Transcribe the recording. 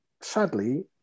sadly